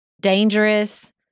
dangerous